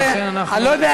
ולכן אנחנו,